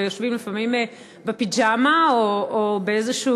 ויושבים לפעמים בפיג'מה או באיזה,